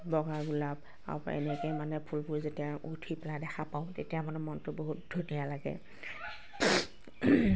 বগা গোলাপ আৰু এনেকৈ মানে ফুলবোৰ যেতিয়া উঠি পেলাই দেখা পাওঁ তেতিয়া মানে মনটো বহুত ধুনীয়া লাগে